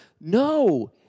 No